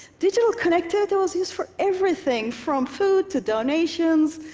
digital connectivity was used for everything from food to donations.